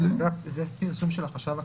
זה פרסום של החשב הכללי.